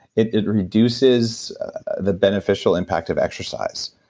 it it reduces the beneficial impact of exercise.